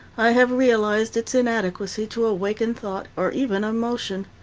i have realized its inadequacy to awaken thought, or even emotion.